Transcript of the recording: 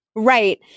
Right